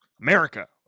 America